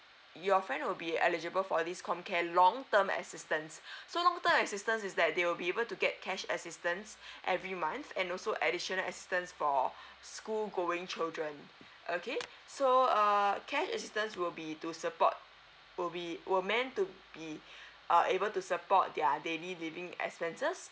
your friend will be eligible for this comcare long term assistance so long time assistance is that they will be able to get cash assistance every month and also additional assistance for school going children okay so uh cash assistance will be to support will be were meant to be uh able to support their daily living expenses